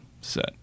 set